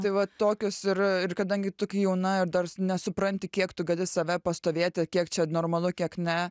tai va tokius ir ir kadangi tu kai jauna ir dar nesupranti kiek tu gali save pastovėti kiek čia normalu kiek ne